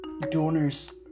Donor's